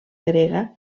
grega